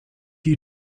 you